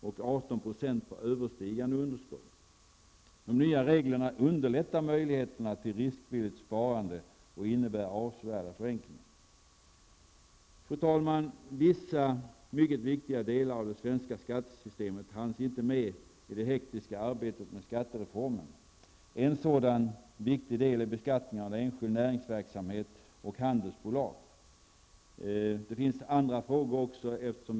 och 18 % på överstigande belopp. De nya reglerna ökar möjligheterna till riskvilligt sparande och innebär avsevärda förenklingar. Fru talman! Vissa mycket viktiga delar av det svenska skattesystemet hanns inte med i det hektiska arbetet med skattereformen. En sådan viktig del är beskattningen av enskild näringsverksamhet och handelsbolag. Det finns också andra frågor som är aktuella här.